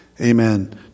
Amen